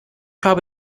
habe